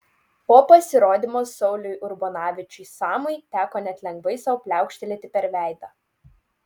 po pasirodymo sauliui urbonavičiui samui teko net lengvai sau pliaukštelėti per veidą